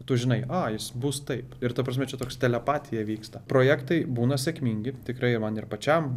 tu žinai a jis bus taip ir ta prasme čia toks telepatija vyksta projektai būna sėkmingi tikrai ir man ir pačiam